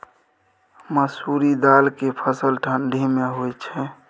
मसुरि दाल के फसल ठंडी मे होय छै?